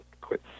quit